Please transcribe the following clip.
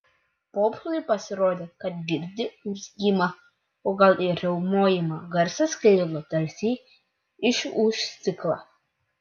popsui pasirodė kad girdi urzgimą o gal ir riaumojimą garsas sklido tarsi iš už stiklo